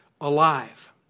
alive